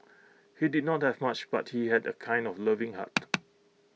he did not have much but he had A kind of loving heart